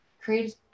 create